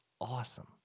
awesome